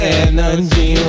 energy